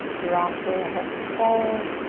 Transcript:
rocking the hips forward,